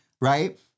right